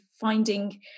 finding